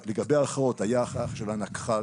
לגבי הערכאות, הייתה ערכאה של הנקח"ל.